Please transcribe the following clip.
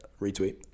retweet